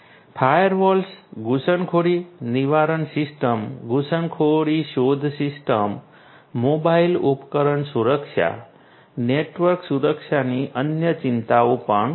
firewalls ઘૂસણખોરી નિવારણ system ઘૂસણખોરી શોધ સિસ્ટમ મોબાઇલ ઉપકરણ સુરક્ષા નેટવર્ક સુરક્ષાની અન્ય ચિંતાઓ પણ છે